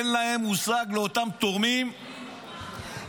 לאותם תורמים אין מושג.